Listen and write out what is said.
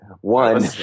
one